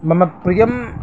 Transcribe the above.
मम प्रिया